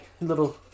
little